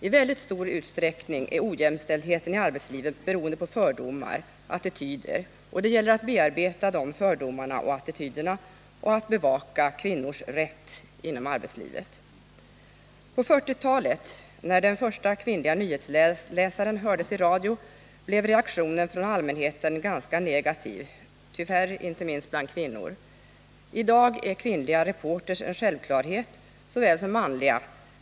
I väldigt stor utsträckning är ojämställdheten i arbetslivet beroende på fördomar och attityder, och det gäller att bearbeta de fördomarna och attityderna och att bevaka kvinnans rätt inom arbetslivet. På 1940-talet, när den första kvinnliga nyhetsläsaren hördes i radion, blev reaktionen från allmänheten ganska negativ, tyvärr inte minst bland kvinnor. I dag är kvinnliga reportrar en självklarhet, lika väl som manliga.